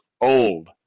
old